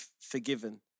forgiven